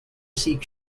seek